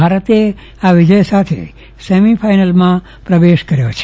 ભારતે આ વિજય સાથે સેમીફાઈનલમાં પ્રવેશ કર્યો છે